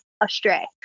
astray